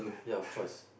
ya of course